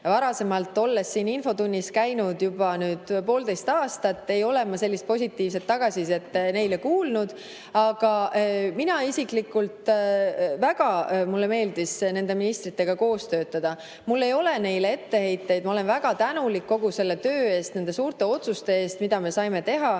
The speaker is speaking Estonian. Varasemalt, olles siin infotunnis käinud juba poolteist aastat, ei ole ma sellist positiivset tagasisidet neile kuulnud. Mulle isiklikult väga meeldis nende ministritega koos töötada. Mul ei ole neile etteheiteid, ma olen väga tänulik kogu selle töö eest, nende suurte otsuste eest, mida me saime teha.